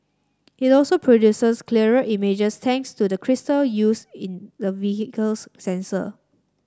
it also produces clearer images thanks to the crystal used in the vehicle's sensor